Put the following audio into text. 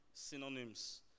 synonyms